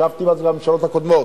ישבתי בממשלות הקודמות,